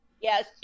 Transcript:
Yes